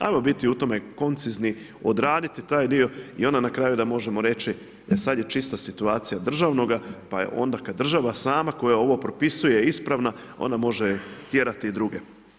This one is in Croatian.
Ajmo biti u tome koncizni, odraditi taj dio i onda na kraju da možemo reći, e sada je čista situacija državnoga pa kad je onda kada država sama koja ovo propisuje ispravna onda može tjerati i druge.